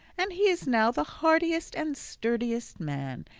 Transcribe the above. and he is now the heartiest and sturdiest man.